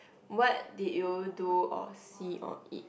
what did you do or see or eat